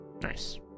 Nice